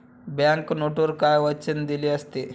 Bank नोटवर काय वचन दिलेले असते?